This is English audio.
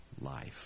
life